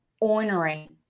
ornery